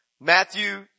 Matthew